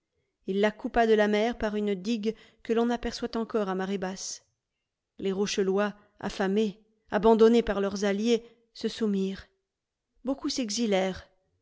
il la coupa de la mer par une digue que l'on aperçoit encore à marée basse les rochelois afïamés abandonnés par leurs alliés se soumirent